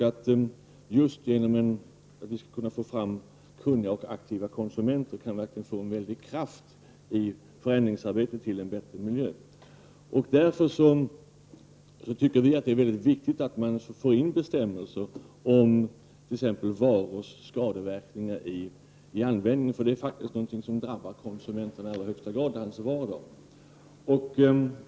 Att få fram kunniga och aktiva konsumenter kan ge en väldig kraft åt förändringsarbetet för en bättre miljö. Därför tycker vi att det är mycket viktigt att man i lagen för in bestämmelser om varors skadeverkningar vid användning. Det är faktiskt något som drabbar konsumenterna i allra högsta grad i deras vardag.